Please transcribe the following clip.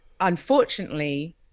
unfortunately